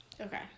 Okay